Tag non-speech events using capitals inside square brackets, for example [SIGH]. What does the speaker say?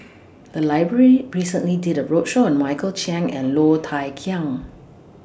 [NOISE] The Library recently did A roadshow on Michael Chiang and Low Thia Khiang